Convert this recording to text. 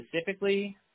specifically